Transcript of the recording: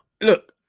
Look